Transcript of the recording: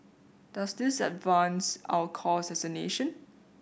does this advance our cause as a nation